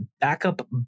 backup